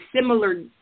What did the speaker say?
similar